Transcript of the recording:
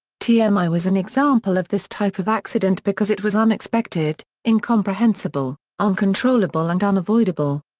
tmi um ah was an example of this type of accident because it was unexpected, incomprehensible, uncontrollable and unavoidable.